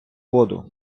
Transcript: воду